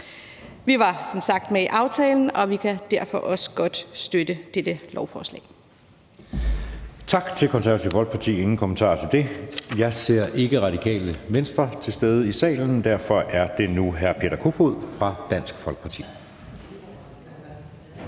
som sagt med i aftalen, og vi kan derfor også godt støtte dette lovforslag.